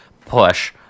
push